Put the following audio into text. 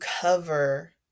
cover